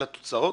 על התוצאות.